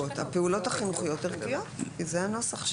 הפעולות החינוכיות-ערכיות כי זה הנוסח שהוצע,